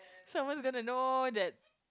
someones gonna know that